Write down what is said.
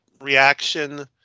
reaction